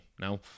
no